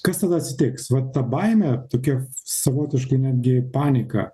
kas tada atsitiks va ta baimė tokia savotiškai netgi panika